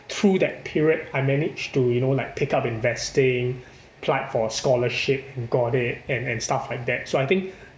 through that period I managed to you know like pick up investing applied for a scholarship and got it and and stuff like that so I think